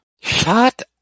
Shut